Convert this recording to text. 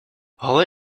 holly